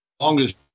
longest